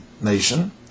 nation